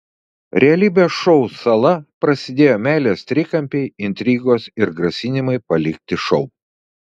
realybės šou sala prasidėjo meilės trikampiai intrigos ir grasinimai palikti šou